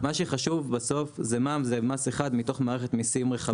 מה שחשוב בסוף שמע"מ זה מס אחד מתוך מערכת מיסים רחבה.